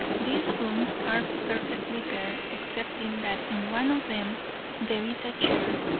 these rooms are perfectly bare, excepting that in one of them there is a chair,